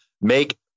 make